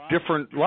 different